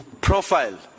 profile